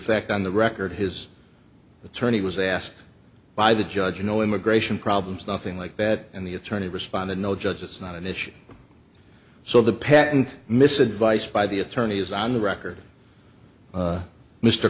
fact on the record his attorney was asked by the judge no immigration problems nothing like that and the attorney responded no judge it's not an issue so the patent mis advice by the attorney is on the record